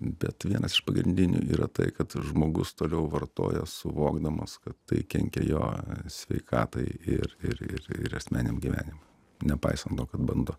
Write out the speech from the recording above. bet vienas iš pagrindinių yra tai kad žmogus toliau vartoja suvokdamas kad tai kenkia jo sveikatai ir ir ir ir asmeniam gyvenimui nepaisant to kad bando